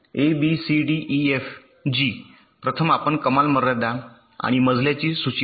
ए B C D E F G प्रथम आपण कमाल मर्यादा आणि मजल्याची सूची पाहू